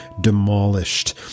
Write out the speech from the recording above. demolished